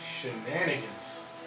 Shenanigans